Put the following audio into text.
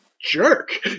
jerk